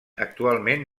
actualment